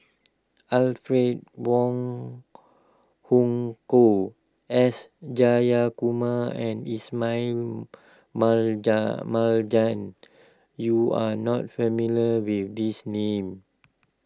Alfred Wong Hong Kwok S Jayakumar and Ismail Marjan you are not familiar with these names